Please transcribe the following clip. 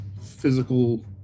physical